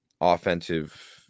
offensive